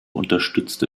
unterstützte